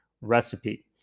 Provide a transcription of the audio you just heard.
recipe